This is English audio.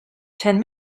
ten